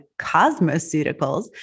cosmeceuticals